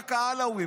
רק העלווים.